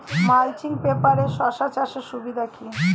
Mulching পেপারে শসা চাষের সুবিধা কি?